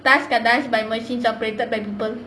tasks that are done by machines operated by people